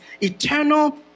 eternal